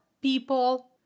people